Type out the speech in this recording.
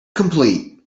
complete